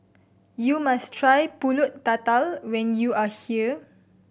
you must try Pulut Tatal when you are here